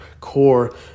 core